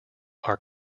are